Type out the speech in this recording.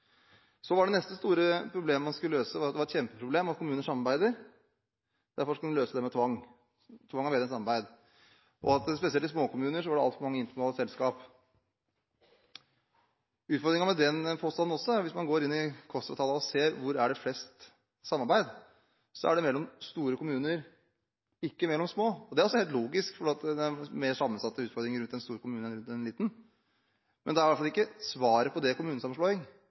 Det neste store problemet man skulle løse, var at kommuner samarbeidet; det var et kjempeproblem. Derfor skulle en løse det med tvang, for tvang er bedre enn samarbeid. Spesielt i småkommuner var det altfor mange interkommunale selskaper. Utfordringen med den påstanden er at hvis man går inn i KOSTRA-tallene og ser hvor det er mest samarbeid, er det mellom store kommuner, ikke mellom små. Det er også helt logisk, for det er mer sammensatte utfordringer i en stor kommune enn i en liten. Men hvis det er interkommunalt samarbeid som er det store problemet, er i hvert fall ikke svaret på det kommunesammenslåing.